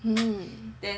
mm